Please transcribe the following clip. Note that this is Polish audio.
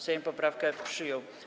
Sejm poprawkę przyjął.